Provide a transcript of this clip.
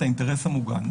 את האינטרס המוגן,